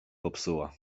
popsuła